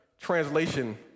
translation